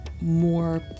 more